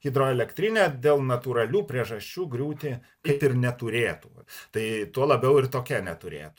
hidroelektrinė dėl natūralių priežasčių griūti kaip ir neturėtų tai tuo labiau ir tokia neturėtų